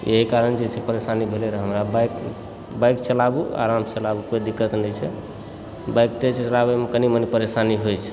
जाहिके कारण परेशानी भेल रहै हमरा बाइक बाइक चलाबू आरामसँ चलाबू कोइ दिक्कत नहि छैक बाइक तेज चलाबैमे कनी मनी परेशानी होइत छै